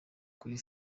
kuri